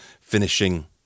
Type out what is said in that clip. finishing